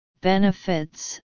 benefits